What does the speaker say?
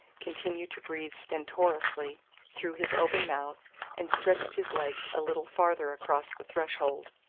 continued to breathe stentorously through his open mouth and stretched his legs a little farther across the threshold.